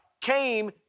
came